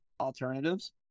alternatives